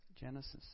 Genesis